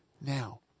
now